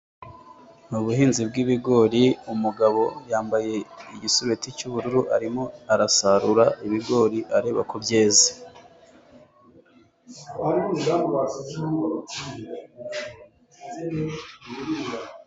Ni ubuhinzi bw'ibigori umugabo yambaye igisurubeti cy'ubururu, arimo arasarura ibigori areba ko byeze.